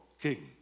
king